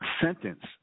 sentence